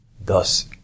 thus